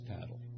paddle